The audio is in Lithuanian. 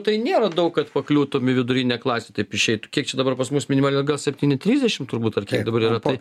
tai nėra daug kad pakliūtum į vidurinę klasę taip išeitų kiek čia dabar pas mus minimali alga septyni trisdešim turbūt ar dabar yra tai